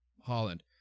Holland